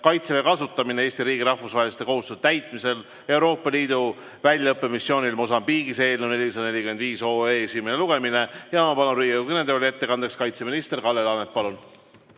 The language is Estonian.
"Kaitseväe kasutamine Eesti riigi rahvusvaheliste kohustuste täitmisel Euroopa Liidu väljaõppemissioonil Mosambiigis" eelnõu 445 esimene lugemine. Ma palun Riigikogu kõnetooli ettekandeks kaitseminister Kalle Laaneti. Palun!